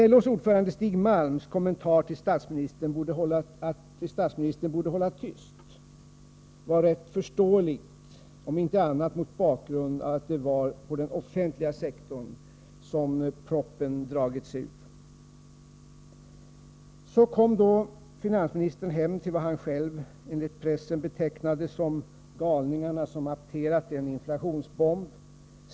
LO:s ordförande Stig Malms kommentar att statsministern borde hålla tyst var rätt förståelig, om inte annat mot bakgrund av att det var på den offentliga sektorn som proppen dragits ur. Så kom då finansministern hem till vad han själv, enligt pressen, betecknade som ”galningarna” som apterat en inflationsbomb.